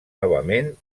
novament